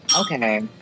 Okay